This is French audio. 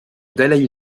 dalaï